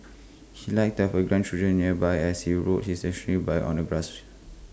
he liked to have grandchildren nearby as he rode his stationary bike on the grass she